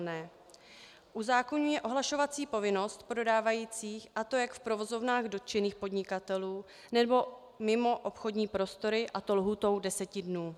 V uzákonění je ohlašovací povinnost prodávajících, a to jak v provozovnách dotčených podnikatelů, nebo mimo obchodní prostory, a to lhůtou deseti dnů.